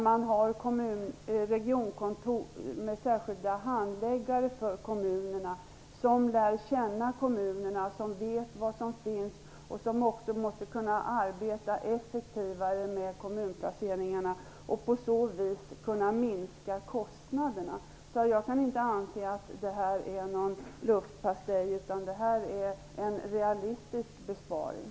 Man har regionkontor med särskilda handläggare för kommunerna som lär känna kommunerna. De vet vad som finns. De måste kunna arbeta effektivare med kommunplaceringarna. På så vis kan kostnaderna minskas. Jag kan inte anse att detta är en luftpastej. Detta är en realistisk besparing.